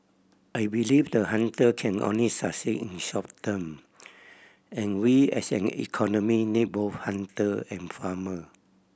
I believe the hunter can only succeed in short term and we as an economy need both hunter and farmer